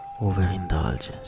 overindulgence